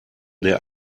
der